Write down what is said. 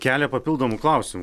kelia papildomų klausimų